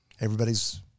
everybody's